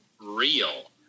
real